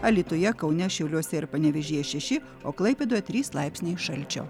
alytuje kaune šiauliuose ir panevėžyje šeši o klaipėdoje trys laipsniai šalčio